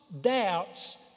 doubts